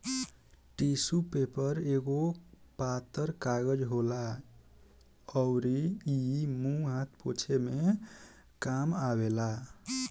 tissue paper एगो पातर कागज होला अउरी इ मुंह हाथ पोछे के काम आवेला